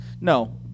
no